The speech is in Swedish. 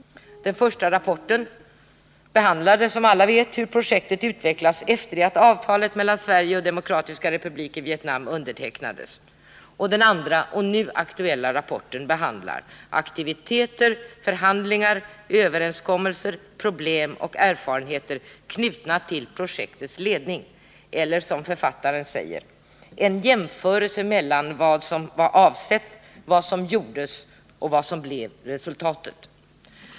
Den första rapporten behandlade, som alla vet, hur projektet hade pete m.m. utvecklats efter det att avtalet mellan Sverige och Demokratiska republiken Vietnam undertecknades. Den andra och nu aktuella rapporten behandlar aktiviteter, förhandlingar, överenskommelser, problem och erfarenheter knutna till projektets ledning, eller som författaren säger: en jämförelse mellan vad som var avsett, vad som gjordes och vad som blev resultatet.